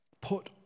put